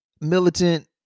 militant